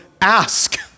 ask